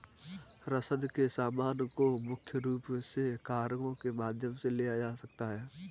रसद के सामान को मुख्य रूप से कार्गो के माध्यम से ले जाया जाता था